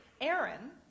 Aaron